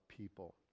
people